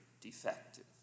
defective